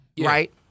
Right